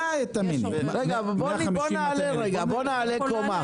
150,000 --- בוא נעלה רגע, בוא נעלה קומה.